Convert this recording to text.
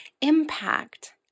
impact